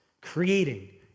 creating